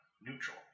Neutral